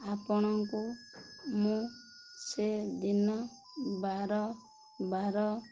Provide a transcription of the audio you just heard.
ଆପଣଙ୍କୁ ମୁଁ ସେ ଦିନ ବାର ବାର